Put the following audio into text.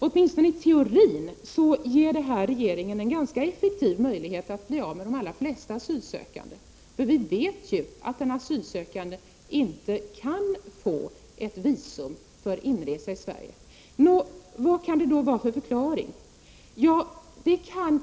Åtminstone i teorin ger detta regeringen en ganska effektiv möjlighet att bli av med de allra flesta asylsökande, för vi vet ju att en asylsökande inte kan få visum för inresa i Sverige. Vilken kan förklaringen då vara?